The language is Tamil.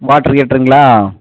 வாட்டர் ஹீட்டர்ங்ளா